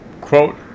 quote